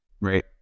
Right